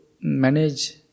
manage